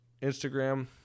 Instagram